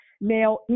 Now